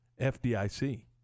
FDIC